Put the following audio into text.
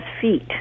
feet